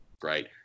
great